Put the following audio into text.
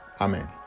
Amen